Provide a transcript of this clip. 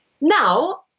Now